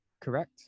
Correct